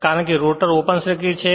કારણ કે rotor open circuit છે